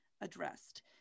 addressed